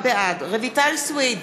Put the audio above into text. בעד רויטל סויד,